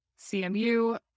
CMU